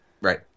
Right